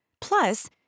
Plus